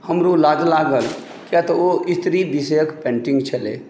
हमरो लाज लागल कियातऽ ओ स्त्री विषयक पेन्टिङ्ग छलै